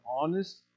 honest